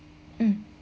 mm